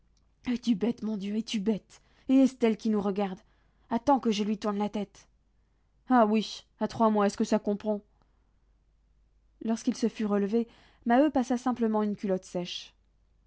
es-tu bête mon dieu es-tu bête et estelle qui nous regarde attends que je lui tourne la tête ah ouiche à trois mois est-ce que ça comprend lorsqu'il se fut relevé maheu passa simplement une culotte sèche